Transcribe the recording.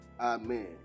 amen